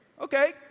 Okay